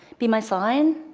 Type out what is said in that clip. be my sign?